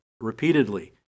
repeatedly